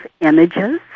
images